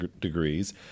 degrees